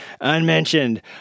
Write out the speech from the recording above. unmentioned